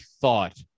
thought